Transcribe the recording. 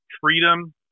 freedom